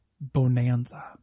Bonanza